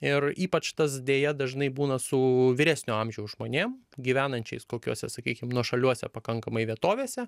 ir ypač tas deja dažnai būna su vyresnio amžiaus žmonėm gyvenančiais kokiose sakykim nuošaliuose pakankamai vietovėse